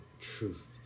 truth